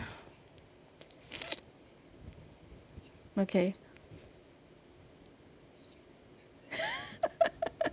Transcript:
okay